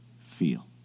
feel